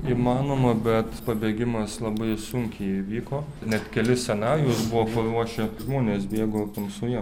įmanoma bet pabėgimas labai sunkiai įvyko net kelis scenarijus buvo paruošę žmonės bėgo tamsoje